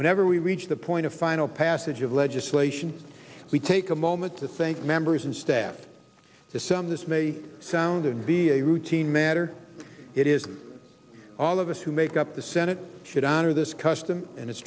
whenever we reach the point of final passage of legislation we take a moment to think members and staff to some this may sound and be a routine matter it is all of us who make up the senate should honor this custom and